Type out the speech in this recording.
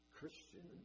Christian